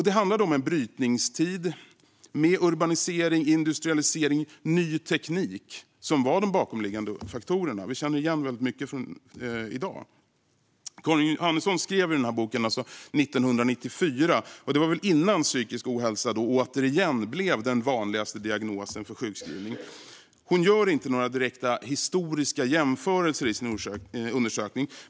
Det handlar om en brytningstid med urbanisering, industrialisering och ny teknik som de bakomliggande faktorerna. Vi känner igen väldigt mycket från i dag. Karin Johannisson skrev denna bok 1994, innan psykisk ohälsa återigen blev den vanligaste diagnosen för sjukskrivning. Hon gör inte några direkta historiska jämförelser i sin undersökning.